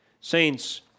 Saints